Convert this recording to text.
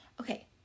Okay